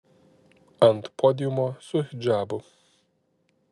ant podiumo su hidžabu